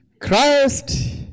Christ